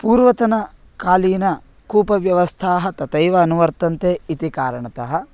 पूर्वतनकालीन कूपव्यवस्थाः तथैव अनुवर्तन्ते इति कारणतः